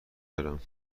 برم